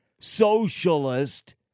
socialist